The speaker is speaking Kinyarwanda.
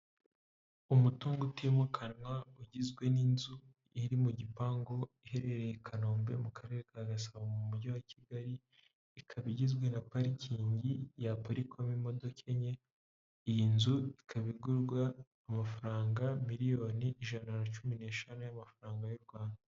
Umutungo utimukanwa ugizwe n'inzu iri mu gipangu, iherereye i Kanombe mu karere ka Gasabo mu Mujyi wa Kigali, ikaba igizwe na parikingi, yaparikwamo imodoka enye. Iyi nzu ikaba igurwa amafaranga miliyoni ijana na cumi n'eshanu y'amafaranga y'u Rwanda.